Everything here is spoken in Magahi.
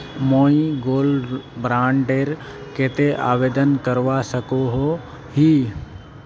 मुई गोल्ड बॉन्ड डेर केते आवेदन करवा सकोहो ही?